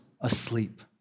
asleep